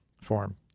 form